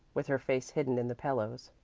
with her face hidden in the pillows.